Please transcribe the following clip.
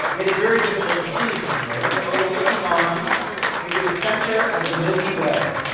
it is very difficult to see from here but you are looking on into the centre of the milky way,